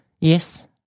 Yes